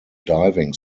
diving